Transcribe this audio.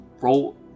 roll